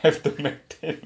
have to maintain